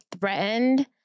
threatened